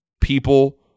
people